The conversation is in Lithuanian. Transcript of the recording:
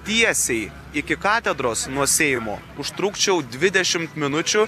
tiesiai iki katedros nuo seimo užtrukčiau dvidešimt minučių